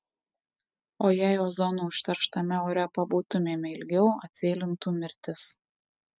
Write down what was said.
o jei ozonu užterštame ore pabūtumėme ilgiau atsėlintų mirtis